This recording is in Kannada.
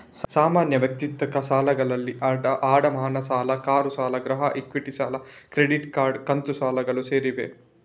ಸಾಮಾನ್ಯ ವೈಯಕ್ತಿಕ ಸಾಲಗಳಲ್ಲಿ ಅಡಮಾನ ಸಾಲ, ಕಾರು ಸಾಲ, ಗೃಹ ಇಕ್ವಿಟಿ ಸಾಲ, ಕ್ರೆಡಿಟ್ ಕಾರ್ಡ್, ಕಂತು ಸಾಲಗಳು ಸೇರಿವೆ